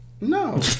No